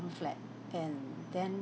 flat and then